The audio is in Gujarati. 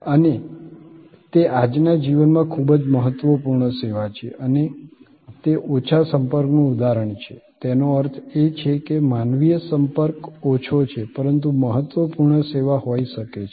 અને તે આજના જીવનમાં ખૂબ જ મહત્વપૂર્ણ સેવા છે અને તે ઓછા સંપર્કનું ઉદાહરણ છે તેનો અર્થ એ છે કે માનવીય સંપર્ક ઓછો છે પરંતુ મહત્વપૂર્ણ સેવા હોઈ શકે છે